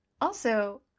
also-